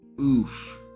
oof